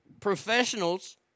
professionals